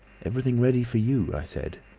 everything ready for you i said,